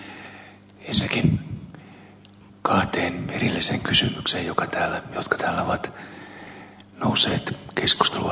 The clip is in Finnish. ensinnäkin kahteen erilliseen kysymykseen jotka täällä ovat nousseet keskustelun aikana esille